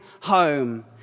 home